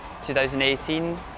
2018